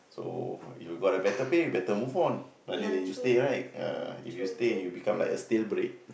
so you got the better pay you better move on rather than you stay right ah if you stay you become like a stale bread